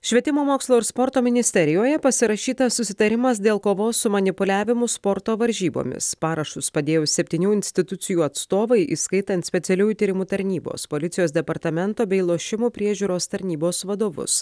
švietimo mokslo ir sporto ministerijoje pasirašytas susitarimas dėl kovos su manipuliavimu sporto varžybomis parašus padėjo septynių institucijų atstovai įskaitant specialiųjų tyrimų tarnybos policijos departamento bei lošimų priežiūros tarnybos vadovus